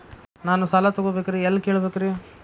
ನಾನು ಸಾಲ ತೊಗೋಬೇಕ್ರಿ ಎಲ್ಲ ಕೇಳಬೇಕ್ರಿ?